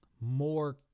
more